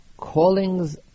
callings